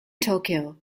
tokyo